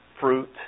fruit